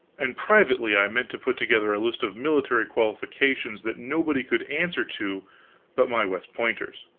and privately i meant to put together a list of military qualifications that nobody could answer to but my west pointers.